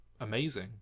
amazing